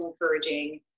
encouraging